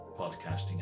podcasting